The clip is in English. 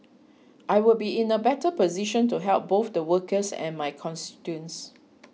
I will be in a better position to help both the workers and my constituents